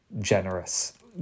generous